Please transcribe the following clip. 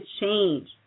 change